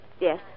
Yes